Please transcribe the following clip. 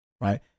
right